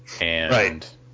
Right